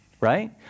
right